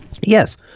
Yes